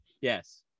Yes